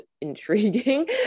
intriguing